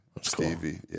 Stevie